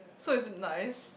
so is it nice